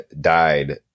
died